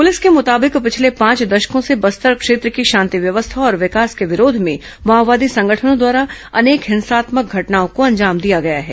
प्रलिस के मुताबिक पिछले पांच दशकों से बस्तर क्षेत्र की शांति व्यवस्था और विकास के विरोध में माओवादी संगठनों द्वारा अनेक हिंसात्मक घटनाओं को अंजाम दिया गया है